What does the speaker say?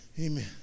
Amen